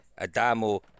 Adamo